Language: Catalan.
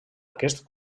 aquest